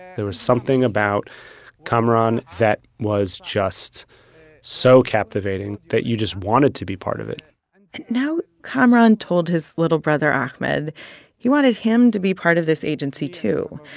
there was something about kamaran that was just so captivating that you just wanted to be part of it now kamaran told his little brother ahmed he wanted him to be part of this agency too.